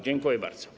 Dziękuję bardzo.